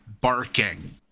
barking